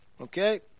okay